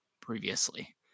previously